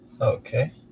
Okay